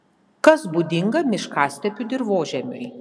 kas būdinga miškastepių dirvožemiui